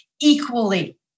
equally